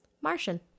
Martian